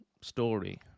story